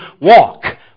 walk